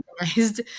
organized